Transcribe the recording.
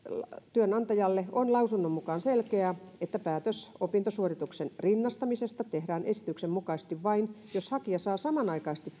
työnantajalle on lausunnon mukaan selkeää että päätös opintosuorituksen rinnastamisesta tehdään esityksen mukaisesti vain jos hakija saa samanaikaisesti